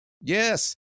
Yes